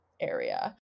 area